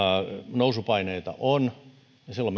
nousupaineita on ja silloin